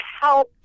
help